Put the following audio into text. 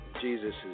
Jesus